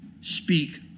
speak